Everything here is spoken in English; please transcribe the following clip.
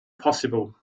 possible